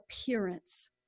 appearance